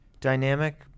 dynamic